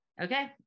okay